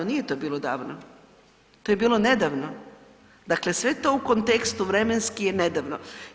Nije to bilo davno, to je bilo nedavno, dakle sve je to u kontekstu vremenski je nedavno.